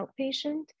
outpatient